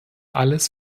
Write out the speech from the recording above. alles